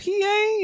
PA